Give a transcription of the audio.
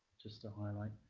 just to highlight